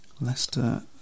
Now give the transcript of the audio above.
Leicester